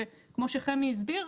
שכמו שחמי הסביר,